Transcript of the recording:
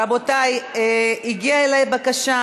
רבותי, הגיעה אלי בקשה